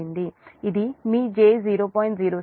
ఇది మీ j0